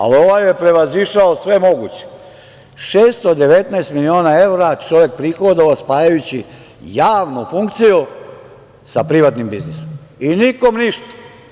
Ali, ovaj je prevazišao sve moguće, 619 miliona evra čovek prihodovao spajajući javnu funkciju sa privatnim biznisom i nikom ništa.